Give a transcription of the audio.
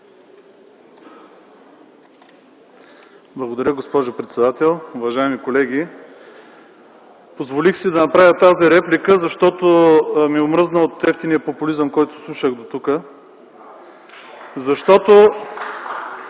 Благодаря, госпожо председател. Уважаеми колеги, позволих си да направя тази реплика, защото ми омръзна от евтиния популизъм, който слушах дотук, защото